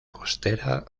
costera